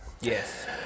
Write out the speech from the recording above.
Yes